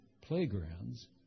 playgrounds